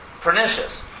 pernicious